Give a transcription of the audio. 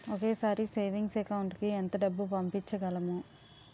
ఒకేసారి savings account కి ఎంత డబ్బు పంపించగలము?